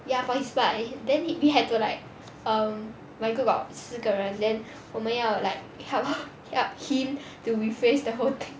ya for his part then we had to like um like 四个人 then 我们要 like help him to rephrase the whole thing